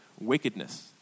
wickedness